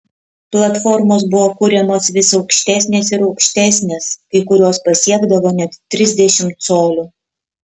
platformos buvo kuriamos vis aukštesnės ir aukštesnės kai kurios pasiekdavo net trisdešimt colių